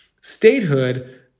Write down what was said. statehood